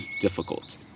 difficult